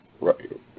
right